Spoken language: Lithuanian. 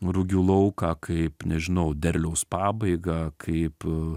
rugių lauką kaip nežinau derliaus pabaigą kaip